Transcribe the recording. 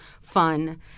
fun